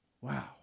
Wow